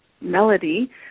melody